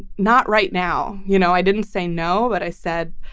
not right now. you know, i didn't say no, but i said,